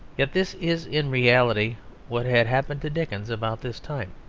yet this is in reality what had happened to dickens about this time.